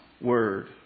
word